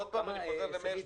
עוד פעם אני חוזר למאיר שפיגלר,